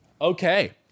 Okay